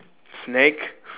snake